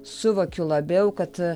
suvokiu labiau kad